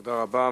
תודה רבה,